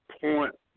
point